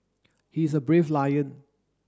he is a brave lion